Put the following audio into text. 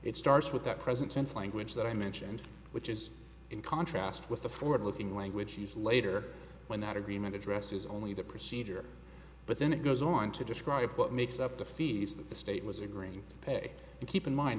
it starts with that present tense language that i mentioned which is in contrast with the forward looking language she's later when that agreement addresses only the procedure but then it goes on to describe what makes up the fees that the state was in green bay and keep in mind